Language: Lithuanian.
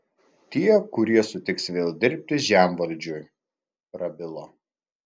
tie kurie sutiks vėl dirbti žemvaldžiui prabilo